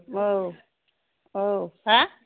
औ औ मा